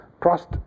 trust